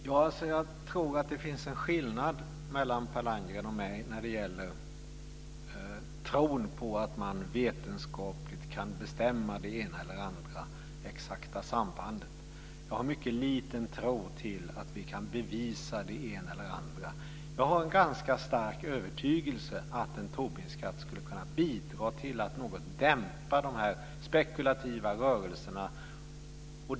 Fru talman! Jag tror att det finns en skillnad mellan Per Landgren och mig när det gäller tron på att man vetenskapligt kan betstämma det ena eller andra exakta sambandet. Jag har mycket liten tro på att vi kan bevisa det ena eller det andra. Jag har en ganska stark övertygelse att en Tobinskatt skulle kunna bidra till att något dämpa de spekulativa rörelserna.